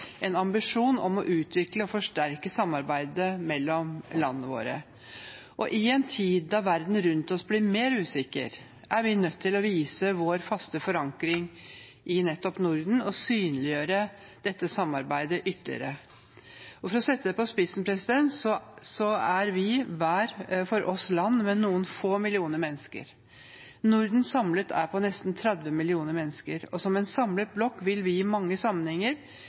en ambisjon om å utvikle og forsterke samarbeidet mellom landene våre. I en tid da verden rundt oss blir mer usikker, er vi nødt til å vise vår faste forankring i nettopp Norden og synliggjøre dette samarbeidet ytterligere. For å sette det på spissen er vi, hver for oss, land med noen få millioner mennesker. Norden samlet er på nesten 30 millioner mennesker, og som en samlet blokk vil vi i mange sammenhenger